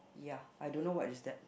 ya I don't know what is that